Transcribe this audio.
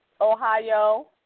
Ohio